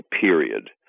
period